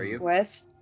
West